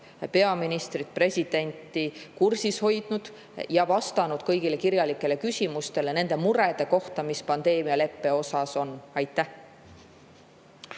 peaministrit ja presidenti asjaga kursis hoidnud ja vastanud kõigile kirjalikele küsimustele nende murede kohta, mis pandeemialeppe osas on. Suur